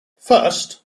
first